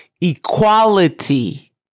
equality